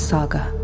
Saga